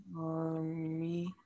Army